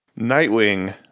Nightwing